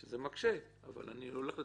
זה מקשה, אבל אני הולך לטובתו.